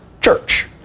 church